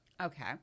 Okay